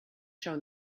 shown